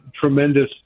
tremendous